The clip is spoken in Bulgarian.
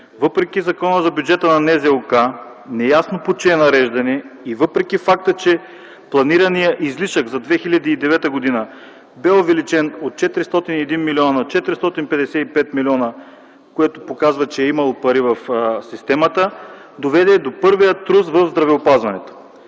въпреки Закона за бюджета на НЗОК неясно по чие нареждане и въпреки факта, че планираният излишък за 2009 г. бе увеличен от 401 милиона на 455 милиона, което показва, че е имало пари в системата, доведе до първия трус в здравеопазването.